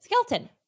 Skeleton